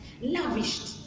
lavished